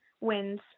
wins